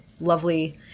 Lovely